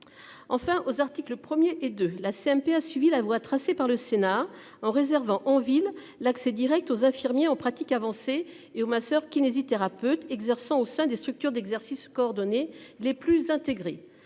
Enfin aux articles 1er et de la CMP a suivi la voie tracée par le Sénat en réservant en ville l'accès Direct aux infirmiers en pratique avancée hé oh ma soeur kinésithérapeutes exerçant au sein des structures d'exercice coordonné. Il est plus intégrée,